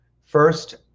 First